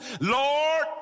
Lord